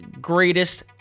greatest